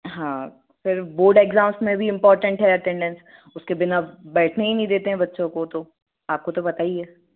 हाँ फिर board exams मे भी इंपोरटेन्ट हैं अटेंडेंस उसके बिना बैठने ही नहीं देते है बच्चों को तो आप को तो पता ही है